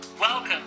Welcome